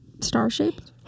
star-shaped